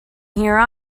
here